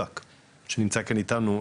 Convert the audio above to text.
ספיבק שנמצא כאן איתנו,